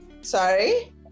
Sorry